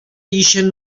ixen